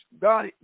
God